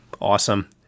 Awesome